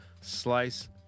slice